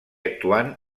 actuant